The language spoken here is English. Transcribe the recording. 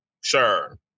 sure